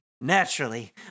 Naturally